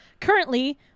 Currently